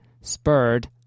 spurred